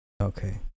Okay